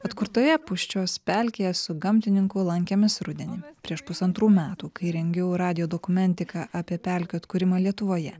atkurtoje pūsčios pelkėje su gamtininku lankėmės rudenį prieš pusantrų metų kai rengiau radijo dokumentiką apie pelkių atkūrimą lietuvoje